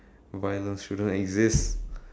violence shouldn't exist